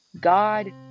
God